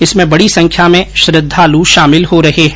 इसमें बड़ी संख्या में श्रृद्वालु शामिल हो रहे है